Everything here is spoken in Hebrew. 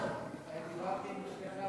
אני דיברתי עם אשתך,